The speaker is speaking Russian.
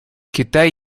китай